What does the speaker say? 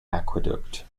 aqueduct